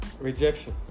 rejection